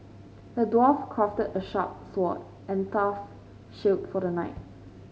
the dwarf crafted a sharp sword and tough shield for the knight